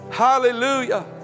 hallelujah